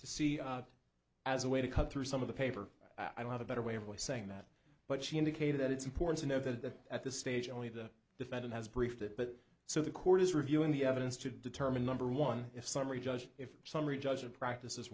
to see as a way to cut through some of the paper i don't have a better way of way saying that but she indicated that it's important to note that at this stage only the defendant has briefed it but so the court is reviewing the evidence to determine number one if summary judge if summary judgment practice